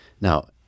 Now